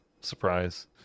surprise